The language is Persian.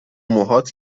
موهات